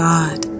God